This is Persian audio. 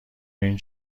این